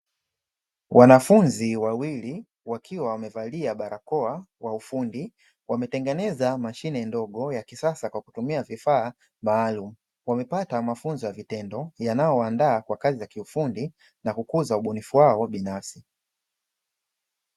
Wanafunzi wawili wakiwa wamevalia barakoa kwa ufundi, wametengeneza mashine ndogo ya kisasa kwa kutumia vifaa maalumu. Wamepata mafunzo ya vitendo yanayowaandaa kwa kazi za kiufundi na kukuza ubunifu wao binafsi.